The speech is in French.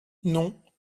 non